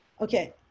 okay